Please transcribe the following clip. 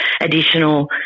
additional